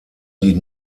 die